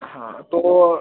हाँ तो